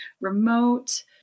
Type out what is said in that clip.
remote